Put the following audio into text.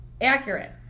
accurate